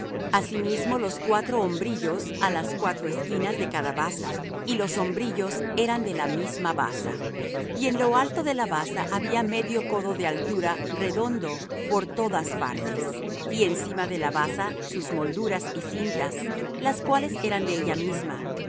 asimismo los cuatro hombrillos á las cuatro esquinas de cada basa y los hombrillos eran de la misma basa y en lo alto de la basa había medio codo de altura redondo por todas partes y encima de la basa sus molduras y cintas las cuales eran de ella misma